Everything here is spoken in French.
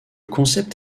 concept